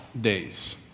days